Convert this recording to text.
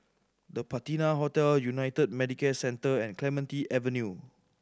The Patina Hotel United Medicare Centre and Clementi Avenue